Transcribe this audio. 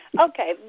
Okay